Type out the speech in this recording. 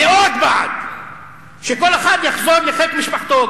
מאוד בעד שכל אחד יחזור לחיק משפחתו,